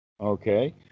Okay